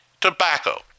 tobacco